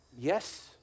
Yes